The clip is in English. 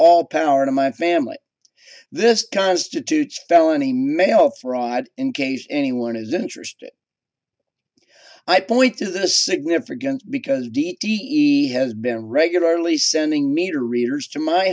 all power to my family this constitutes felony mail fraud in case anyone is interested i point to the significance because d d e has been regularly sending meter readers to my